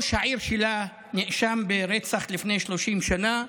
שנאשם ברצח לפני 30 שנה,